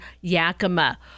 Yakima